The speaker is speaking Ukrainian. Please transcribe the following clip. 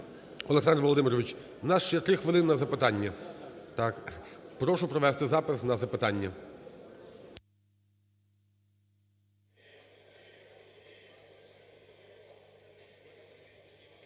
Олександр Володимирович, в нас ще 3 хвилини на запитання. Так, прошу провести запис на запитання.